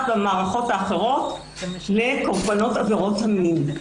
והמערכות האחרות לקורבנות עבירות המין.